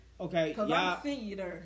Okay